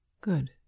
Good